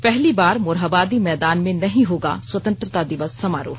पहली बार मोरहाबादी मैदान में नहीं होगा स्वतंत्रता दिवस समारोह